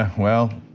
ah well,